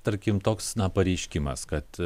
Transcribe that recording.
tarkim toks pareiškimas kad